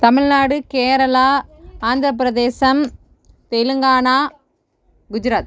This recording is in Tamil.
தமிழ்நாடு கேரளா ஆந்திரப்பிரதேசம் தெலுங்கானா குஜராத்